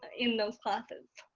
in those classes.